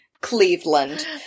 Cleveland